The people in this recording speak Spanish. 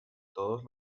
todos